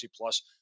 Plus